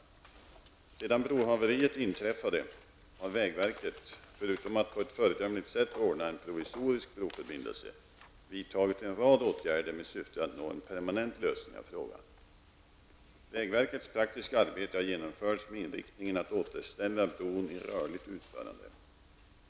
Sedan brohaveriet inträffade har vägverket, förutom att på ett föredömligt sätt ordna en provisorisk broförbindelse, vidtagit en rad åtgärder med syfte att nå en permanent lösning av frågan. Vägverkets praktiska arbete har genomförts med inriktningen att återställa bron i rörligt utförande.